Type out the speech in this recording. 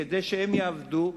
כדי שהם יעבדו,